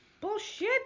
Bullshit